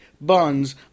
buns